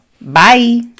bye